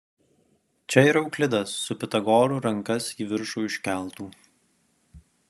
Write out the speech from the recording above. čia ir euklidas su pitagoru rankas į viršų iškeltų